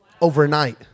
overnight